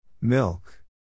Milk